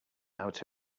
out